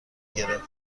گرفت